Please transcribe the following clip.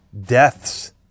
deaths